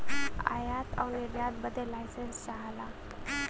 आयात आउर निर्यात बदे लाइसेंस चाहला